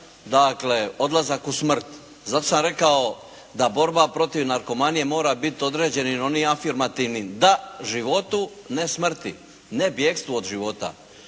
dakle odlazak u smrt. Zato sam rekao da borba protiv narkomanije mora biti određen, jer oni afirmativnim da životu ne smrti, ne bjegstvo od života.